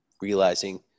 realizing